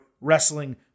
Wrestling